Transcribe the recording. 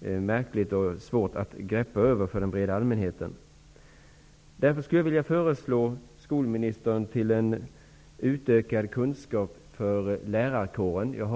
märkligt och svårgreppbart. Jag skulle vilja föreslå en utökad kunskap i ämnet för lärarkåren.